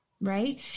Right